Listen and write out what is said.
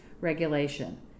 regulation